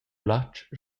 latg